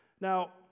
Now